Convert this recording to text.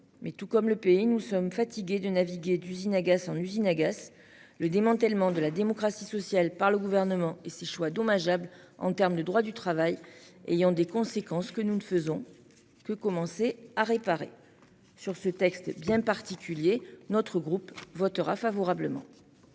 mais tout comme le pays nous sommes fatigués de naviguer, d'usine agace en usine agace le démantèlement de la démocratie sociale par le gouvernement et ses choix dommageable en termes de droit du travail ayant des conséquences que nous ne faisons que commencer à réparer. Sur ce texte bien particulier. Notre groupe votera favorablement.--